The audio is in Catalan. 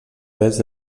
oest